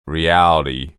reality